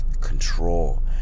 Control